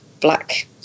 black